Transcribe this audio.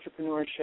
entrepreneurship